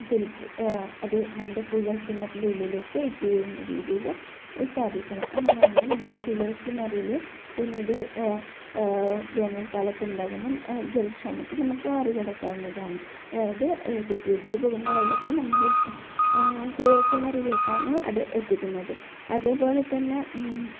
filter അത് നമ്മുടെ കുഴൽക്കിണറിൻ്റെ ഉള്ളിലേക്ക് ഇറ്റ് വീഴുന്ന രീതീയിൽ സ്ഥാപിക്കണം അങ്ങനെ ആവുമ്പോൾ നമ്മുടെ കുഴൽക്കിണറിൽ പിന്നീട് വേനൽക്കാലത്തുണ്ടാകുന്ന ജല ക്ഷാമത്തെ നമുക്ക് മറികടക്കാവുന്നതാണ് അതായത് കുത്തി ഒലിച്ച് പോകുന്ന വെള്ളത്തെ നമ്മുടെ കുഴൽക്കിണറിലേക്കാണ് അത് എത്തിക്കുന്നത് അതേപോലെ തന്നെ